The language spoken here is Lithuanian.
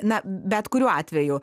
na bet kuriuo atveju